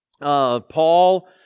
Paul